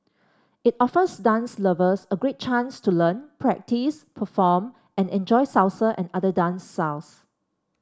it offers dance lovers a great chance to learn practice perform and enjoy Salsa and other dance styles